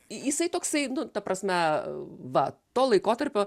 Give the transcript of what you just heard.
jisai toksai nu ta prasme va to laikotarpio